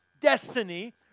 destiny